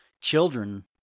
Children